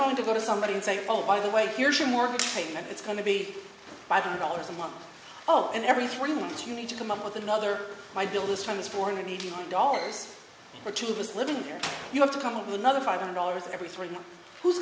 going to go to somebody and say oh by the way here's your mortgage payment it's going to be five hundred dollars a month oh and every three months you need to come up with another my bill is transforming media dollars or to just living here you have to come up with another five hundred dollars every three who's